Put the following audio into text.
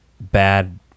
bad